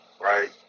right